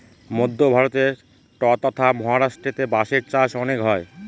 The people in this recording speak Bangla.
মধ্য ভারতে ট্বতথা মহারাষ্ট্রেতে বাঁশের চাষ অনেক হয়